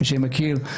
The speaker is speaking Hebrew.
מי שמכיר,